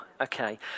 Okay